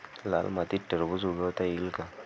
लाल मातीत टरबूज उगवता येईल का?